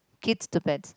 kids to pets